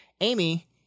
Amy